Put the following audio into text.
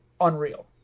unreal